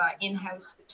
in-house